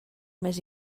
més